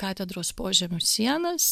katedros požemius sienas